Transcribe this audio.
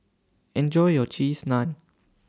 Enjoy your Cheese Naan